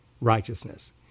righteousness